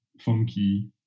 funky